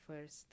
first